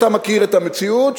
אתה מכיר את המציאות,